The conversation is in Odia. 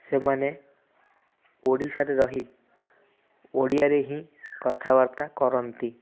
ସେମାନେ ଓଡ଼ିଶାରେ ରହି ଓଡ଼ିଆରେ ହିଁ କଥାବାର୍ତ୍ତା କରନ୍ତି